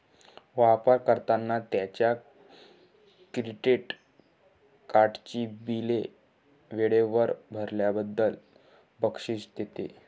वापर कर्त्यांना त्यांच्या क्रेडिट कार्डची बिले वेळेवर भरल्याबद्दल बक्षीस देते